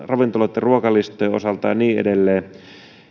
ravintoloitten ruokalistojen osalta ja niin edelleen